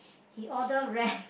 he order rare